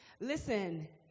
Listen